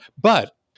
But-